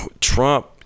Trump